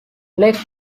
lake